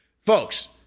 Folks